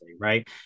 right